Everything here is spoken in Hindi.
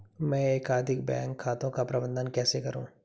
मैं एकाधिक बैंक खातों का प्रबंधन कैसे करूँ?